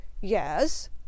Yes